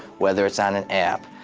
whether it's on an app.